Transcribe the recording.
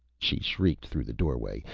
she shrieked through the doorway,